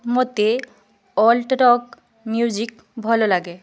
ମୋତେ alt rock music ଭଲଲାଗେ